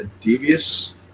devious